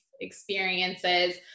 experiences